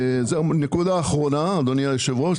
נקודה אחרונה, אדוני היושב ראש.